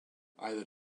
either